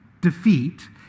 defeat